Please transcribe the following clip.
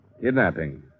Kidnapping